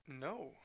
No